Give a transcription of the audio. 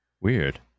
weird